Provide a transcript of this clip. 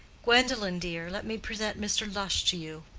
gwendolen, dear, let me present mr. lush to you.